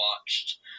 watched